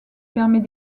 permet